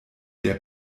der